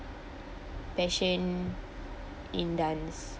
passion in dance